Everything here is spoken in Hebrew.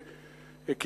דרך אגב,